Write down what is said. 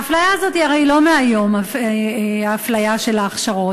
הרי האפליה הזאת היא לא מהיום, האפליה בהכשרות.